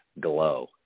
glow